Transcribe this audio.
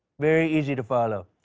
very easy to follow.